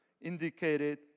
indicated